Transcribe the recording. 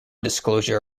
disclosure